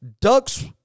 ducks